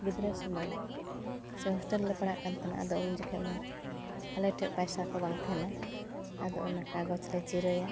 ᱜᱤᱫᱽᱨᱟᱹ ᱥᱩᱢᱟᱹᱭ ᱥᱮ ᱦᱳᱥᱴᱮᱞ ᱨᱮᱞᱮ ᱯᱟᱲᱦᱟᱜ ᱠᱟᱱ ᱛᱟᱦᱮᱱᱟ ᱟᱫᱚ ᱩᱱ ᱡᱚᱠᱷᱮᱱ ᱢᱟ ᱟᱞᱮᱴᱷᱮᱱ ᱯᱟᱭᱥᱟᱠᱚ ᱵᱟᱝ ᱛᱟᱦᱮᱱᱟ ᱟᱫᱚ ᱚᱱᱟ ᱠᱟᱜᱚᱡᱽᱞᱮ ᱪᱤᱨᱟᱹᱭᱟ